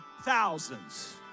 thousands